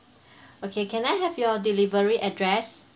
okay can I have your delivery address